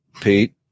Pete